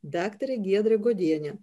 daktarę giedrę godienę